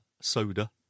soda